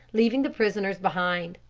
leaving the prisoners behind.